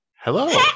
hello